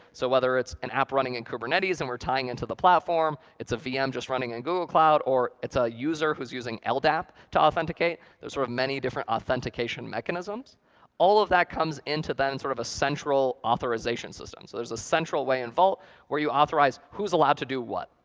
so whether it's an app running in kubernetes, and we're tying into the platform, it's a vm just running in google cloud, or it's a user who's using ldap to authenticate those sort of many different authentication mechanisms all of that comes into, then, sort of a central authorization system. so there's a central way in vault where you authorize who is allowed to do what.